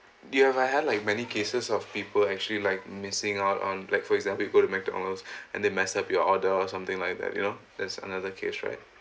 do you ever have like many cases of people actually like missing out on like for example if you go to mcdonald's and they mess up your order or something like that you know that's another case right